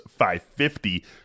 550